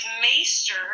maester